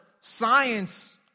science